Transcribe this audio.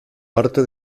parte